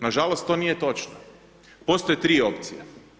Nažalost, to nije točno, postoje 3 opcije.